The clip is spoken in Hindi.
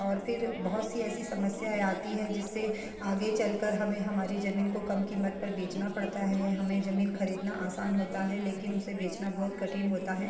और फिर बहुत सी ऐसी समस्याएँ आती हैं जिससे आगे चलकर हमें हमारी ज़मीन को कम क़ीमत पर बेचना पड़ता है हमें ज़मीन खरीदना आसान होता है लेकिन उसे बेचना बहुत कठिन होता है